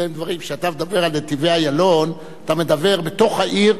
כשאתה מדבר על נתיבי-איילון אתה מדבר בתוך העיר,